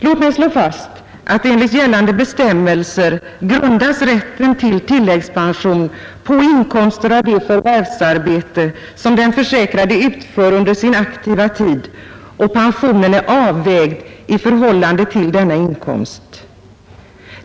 Låt mig slå fast att enligt gällande bestämmelser grundas rätten till tilläggspension på inkomster av det förvärvsarbete som den försäkrade utför under sin aktiva tid och pensionen är avvägd i förhållande till denna inkomst.